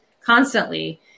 constantly